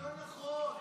לא נכון.